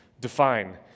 define